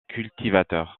cultivateurs